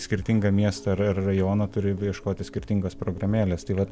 skirtingą miestą ar rajoną turi ieškoti skirtingos programėlės tai vat